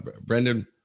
Brendan